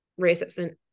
reassessment